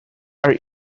are